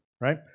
right